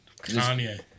Kanye